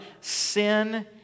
Sin